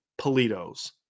Politos